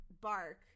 bark